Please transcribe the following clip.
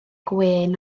gwên